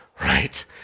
right